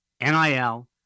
NIL